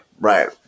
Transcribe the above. right